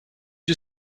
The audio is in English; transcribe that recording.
you